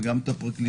גם את הפרקליטות,